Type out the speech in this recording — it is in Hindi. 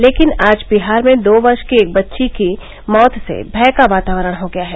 लेकिन आज बिहार में दो वर्ष की एक बच्ची की मौत से भय का वातावरण हो गया है